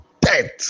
death